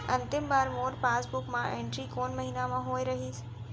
अंतिम बार मोर पासबुक मा एंट्री कोन महीना म होय रहिस?